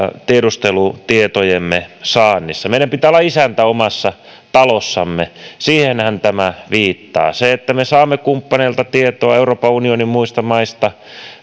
tiedustelutietojemme saannissa meidän pitää olla isäntä omassa talossamme siihenhän tämä viittaa se että me saamme kumppaneilta tietoa euroopan unionin muista maista